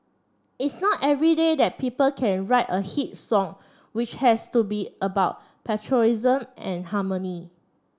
it's not every day that people can write a hit song which has to be about patriotism and harmony